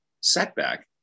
setback